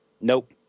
Nope